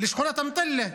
לשכונת אמתלה.